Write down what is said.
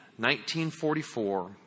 1944